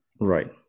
Right